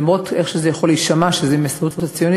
למרות איך שזה יכול להישמע שזה עם "ההסתדרות הציונית",